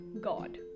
God